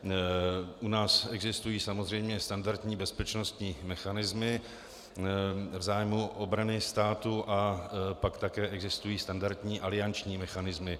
U nás existují samozřejmě standardní bezpečnostní mechanismy v zájmu obrany státu a pak také existují standardní alianční mechanismy.